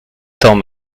temps